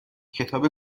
کتاب